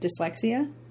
dyslexia